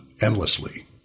endlessly